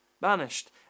banished